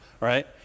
right